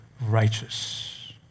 righteous